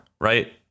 right